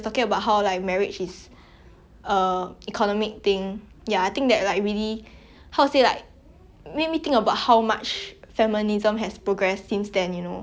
make me think about how much feminism has progressed since then you know cause like nowadays there's like as girls you can have the privilege to not say privilege but like